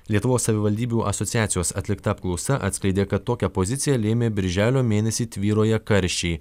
lietuvos savivaldybių asociacijos atlikta apklausa atskleidė kad tokią poziciją lėmė birželio mėnesį tvyroję karščiai